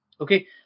Okay